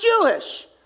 Jewish